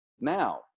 now